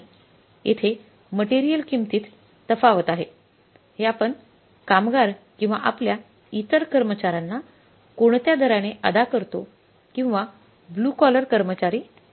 येथे मटेरियल किंमतीत तफावत आहे हे आपण कामगार किंवा आपल्या इतर कर्मचार्यांना कोणत्या दराने अदा करतो किंवा ब्लू कॉलर कर्मचारी असू शकतो